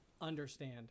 understand